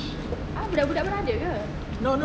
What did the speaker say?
ah budak-budak pun ada ke